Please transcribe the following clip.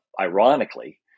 ironically